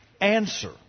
answer